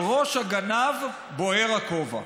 על ראש הגנב בוער הכובע.